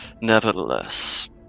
Nevertheless